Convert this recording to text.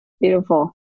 Beautiful